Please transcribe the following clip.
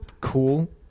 cool